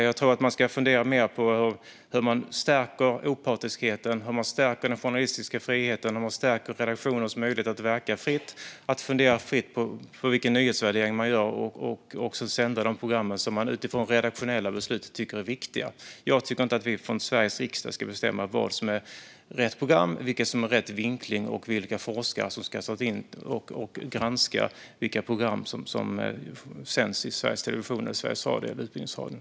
Jag tror att man ska fundera mer på hur man stärker opartiskheten, hur man stärker den journalistiska friheten, hur man stärker redaktioners möjligheter att verka fritt och fundera fritt på vilken nyhetsvärdering de gör och att sända de program som de utifrån redaktionella beslut tycker är viktiga. Jag tycker inte att vi i Sveriges riksdag ska bestämma vad som är rätt program, vilken vinkling som är rätt eller vilka forskare som ska tas in eller granska vilka program som ska sändas i Sveriges Television, Sveriges Radio eller Utbildningsradion.